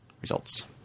results